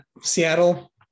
Seattle